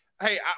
hey